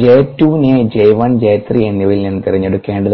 J 2 നെ J 1 J 3 എന്നിവയിൽ നിന്നും തിരഞ്ഞെടുക്കേണ്ടതുണ്ട്